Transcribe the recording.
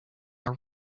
are